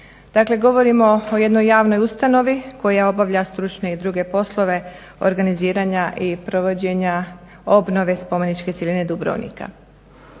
Dakle, govorimo o jednoj javnoj ustanovi koja obavlja stručne i druge poslove organiziranja i provođenja obnove spomeničke cjeline Dubrovnika.